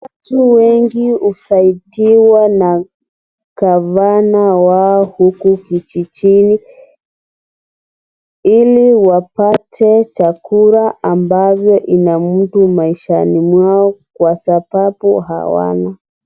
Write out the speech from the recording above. Watu wengi husaidiwa na gavana wao huku vijijini ili wapate chakula ambayo inamudu maishani mwao kwa sababu hawana.